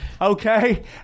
Okay